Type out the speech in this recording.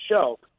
show